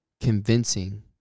convincing